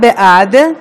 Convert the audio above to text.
בעד,